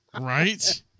Right